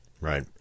Right